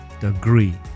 degree